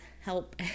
help